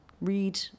read